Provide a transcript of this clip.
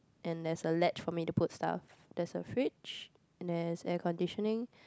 and there's a ledge for me to put stuff there's a fridge and there's air conditioning